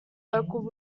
local